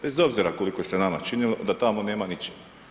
Bez obzira koliko se nama činilo da tamo nema ničega.